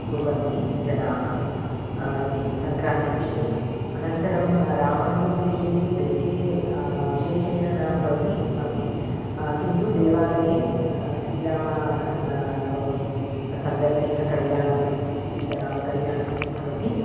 कुर्वन्ति जनाः इति सङ्क्रान्तिविषये अनन्तरं रामनवमी विषये गृहे विशेषेण न भवति किमपि किन्तु देवालये श्रीरामः न नवमी सन्दर्भेन कल्याणं सीतारामकल्याणं भवति